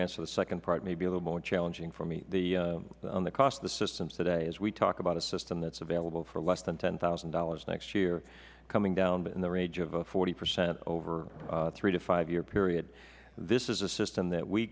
answer the second part may be a little more challenging for me on the cost of the system today as we talk about a system that is available for less than ten thousand dollars next year coming down in the range of forty percent over a three to five year period this is a system that we